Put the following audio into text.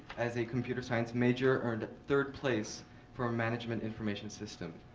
as a computer science major, earned third place for management information system.